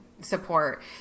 support